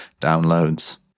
downloads